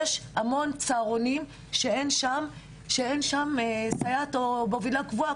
יש המון צהרונים שאין בהם סייעת או מובילה קבועה,